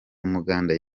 umuganda